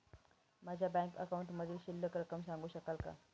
माझ्या बँक अकाउंटमधील शिल्लक रक्कम सांगू शकाल का?